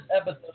episode